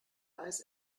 eis